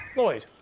Lloyd